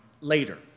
later